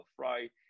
right